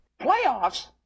Playoffs